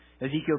Ezekiel